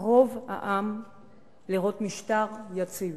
רוב העם לראות משטר יציב.